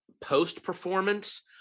post-performance